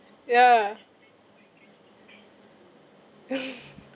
yeah